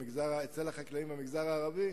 אצל החקלאים במגזר הערבי,